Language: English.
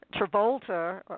Travolta